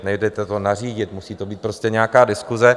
Nejde to nařídit, musí to být prostě nějaká diskuse.